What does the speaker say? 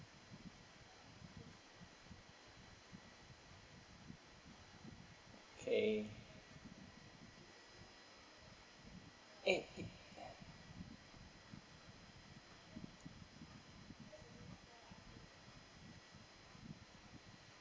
okay eh